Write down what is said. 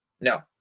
No